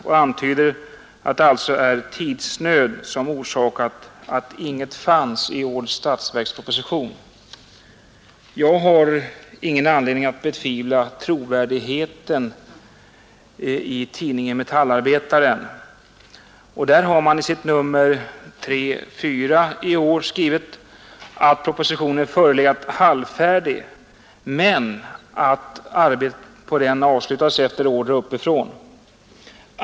Han antyder att det alltså är tidsnöd som orsakat att inget förslag fanns med i årets statsverksproposition. Jag har ingen anledning att betvivla trovärdigheten av det tidningen Metallarbetaren skriver om detta. I sitt nummer 3-4 detta år säger man att propositionen förelegat halvfärdig men att arbetet på den avslutats efter order uppifrån.